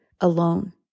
alone